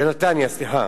בנתניה, סליחה.